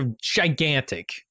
gigantic